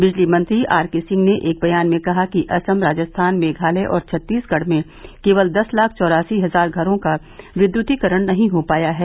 बिजली मंत्री आरके सिंह ने एक बयान में कहा कि असम राजस्थान मेघालय और छत्तीसगढ़ में केवल दस लाख चौरासी हजार घरों का विद्युतीकरण नहीं हो पाया है